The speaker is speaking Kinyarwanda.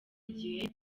igihe